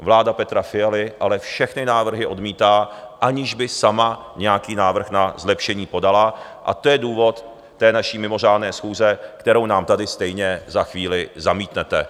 Vláda Petra Fialy ale všechny návrhy odmítá, aniž by sama nějaký návrh na zlepšení podala, a to je důvod té naší mimořádné schůze, kterou nám tady stejně za chvíli zamítnete.